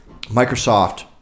Microsoft